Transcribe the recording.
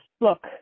Look